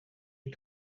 des